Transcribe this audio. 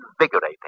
invigorating